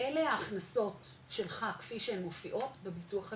אלה ההכנסות שלך, כפי שהן מופיעות בביטוח הלאומי,